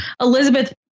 Elizabeth